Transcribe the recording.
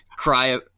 cry